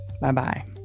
bye-bye